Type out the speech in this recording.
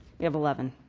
we have eleven